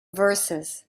verses